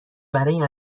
برای